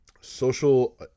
social